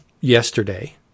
yesterday